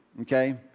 okay